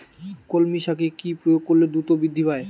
কলমি শাকে কি প্রয়োগ করলে দ্রুত বৃদ্ধি পায়?